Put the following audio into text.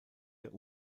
der